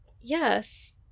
Yes